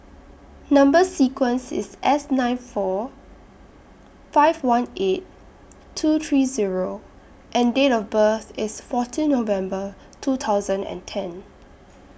Number sequence IS S nine four five one eight two three Zero and Date of birth IS fourteen November two thousand and ten